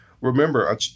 remember